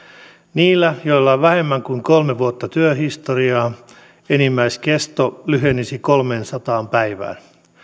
niillä joilla on vähemmän kuin kolme vuotta työhistoriaa enimmäiskesto lyhenisi kolmeensataan päivään